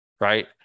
right